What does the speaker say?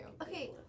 Okay